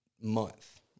month